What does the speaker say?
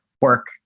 work